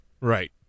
Right